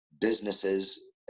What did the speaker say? businesses